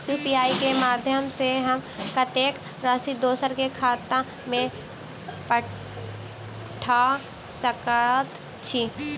UPI केँ माध्यम सँ हम कत्तेक राशि दोसर केँ खाता मे पठा सकैत छी?